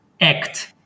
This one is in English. act